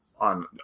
on